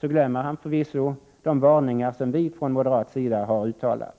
glömmer han förvisso de varningar som vi moderater har uttalat.